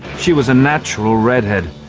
she was a natural redhead,